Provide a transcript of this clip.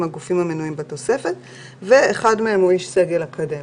הגופים המנויים בתוספת ואחד מהם הוא איש סגל אקדמי.